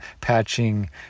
patching